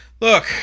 Look